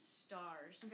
stars